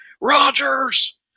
Rogers